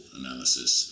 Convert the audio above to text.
analysis